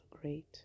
great